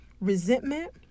resentment